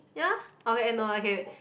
ya okay eh no okay wait